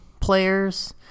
players